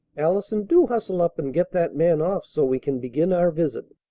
allison, do hustle up and get that man off so we can begin our visit!